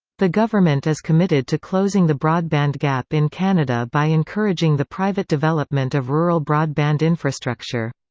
the government is committed to closing the broadband gap in canada by encouraging the private development of rural broadband infrastructure.